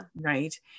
Right